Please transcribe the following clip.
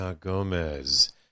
Gomez